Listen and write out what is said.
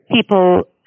people